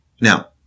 now